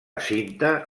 cinta